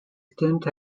stint